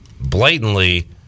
blatantly